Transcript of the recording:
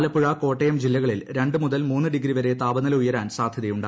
ആലപ്പുഴ കോട്ടയം ജില്ലകളിൽ രണ്ട് മുതൽ മൂന്ന് ഡിഗ്രി വരെ താപനില ഉയരാൻ സാധൃതയുണ്ട്